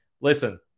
Listen